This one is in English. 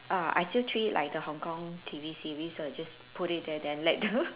err I still treat it like the Hong-Kong T_V series so I just put it there then let the